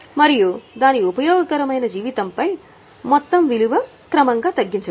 మరియు దాని ఉపయోగకరమైన జీవితంపై మొత్తం విలువ తగ్గించవచ్చు